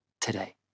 today